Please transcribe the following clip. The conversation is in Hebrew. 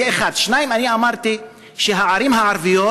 זה דבר אחד, 2. אני אמרתי שהערים הערביות,